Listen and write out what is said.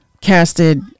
casted